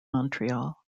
montreal